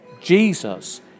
Jesus